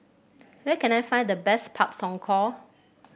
where can I find the best Pak Thong Ko